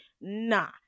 nah